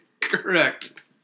Correct